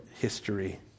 history